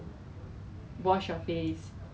hard for extrovert lah because I think